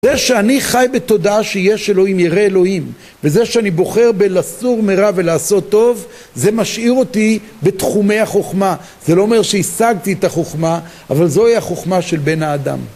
זה שאני חי בתודעה שיש אלוהים, ירא אלוהים, וזה שאני בוחר בלסור מרע ולעשות טוב, זה משאיר אותי בתחומי החוכמה, זה לא אומר שהישגתי את החוכמה, אבל זוהי החוכמה של בן האדם